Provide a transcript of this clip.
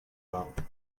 about